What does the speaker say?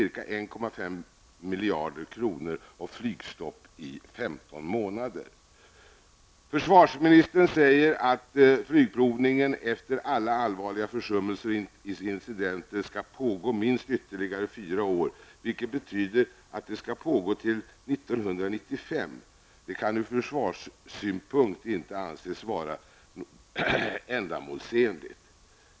miljarder kronor och flygstopp i 15 månader. Försvarsministern säger att flygprovningen efter alla allvarliga försummelser och incidenter skall pågå minst ytterligare fyra år, vilket betyder att den skall pågå till 1995. Detta kan ur försvarssynpunkt inte anses vara ändamålsenligt.